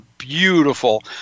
beautiful